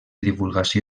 divulgació